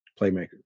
playmaker